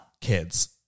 kids